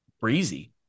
breezy